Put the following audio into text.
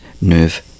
nerve